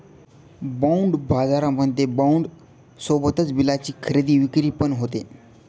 bond बाजारामध्ये bond सोबतच बिलाची खरेदी विक्री पण होते